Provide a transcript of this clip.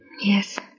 Yes